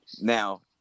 now